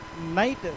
Night